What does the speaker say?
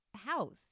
house